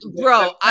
Bro